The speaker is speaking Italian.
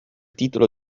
titolo